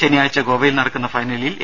ശനിയാഴ്ച ഗോവയിൽ നടക്കുന്ന ഫൈനലിൽ എ